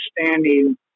understanding